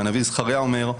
והנביא זכריה אומר: